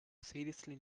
seriously